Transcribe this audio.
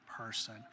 person